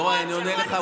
יוראי, אני עונה לך.